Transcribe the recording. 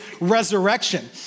resurrection